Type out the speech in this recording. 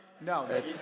No